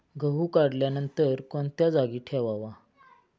गहू काढल्यानंतर कोणत्या जागी ठेवावा?